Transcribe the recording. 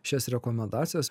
šias rekomendacijas